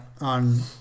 on